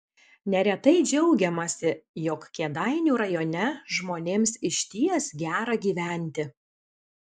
neretai džiaugiamasi jog kėdainių rajone žmonėms išties gera gyventi